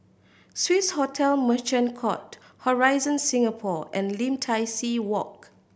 Swiss Hotel Merchant Court Horizon Singapore and Lim Tai See Walk